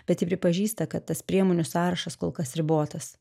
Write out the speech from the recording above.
bet ji pripažįsta kad tas priemonių sąrašas kol kas ribotas